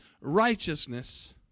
righteousness